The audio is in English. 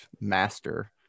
master